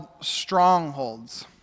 Strongholds